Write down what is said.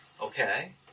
Okay